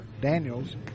Daniels